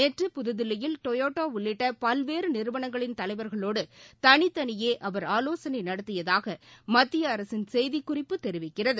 நேற்று புதுதில்லியில் டயோட்டாஉள்ளிட்டபல்வேறுநிறுவனங்களின் தலைவர்களோடுதனித்தனியேஅவர் ஆவோசனைநடத்தியதாகமத்தியஅரசின் செய்திக்குறிப்பு தெரிவிக்கிறது